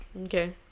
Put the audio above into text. Okay